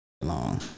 Long